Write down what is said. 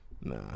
Nah